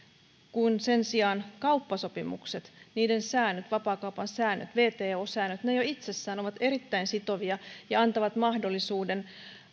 kun sen sijaan kauppasopimukset niiden säännöt vapaakaupan säännöt wto säännöt jo itsessään ovat erittäin sitovia ja antavat mahdollisuuden